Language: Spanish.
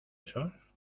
esos